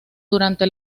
durante